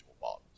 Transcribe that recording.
bottles